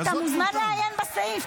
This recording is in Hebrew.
אתה מוזמן לעיין בסעיף.